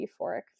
euphoric